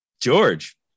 George